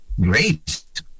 Great